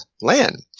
land